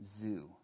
Zoo